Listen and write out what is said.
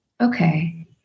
okay